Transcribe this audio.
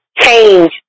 change